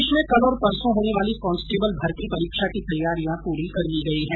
प्रदेष में कल और परसों होने वाली कांस्टेबल भर्ती परीक्षा की तैयारियां पूरी कर ली गई है